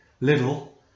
little